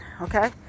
okay